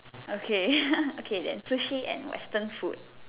okay okay then sushi and Western food